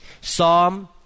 Psalm